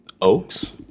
oaks